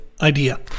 Idea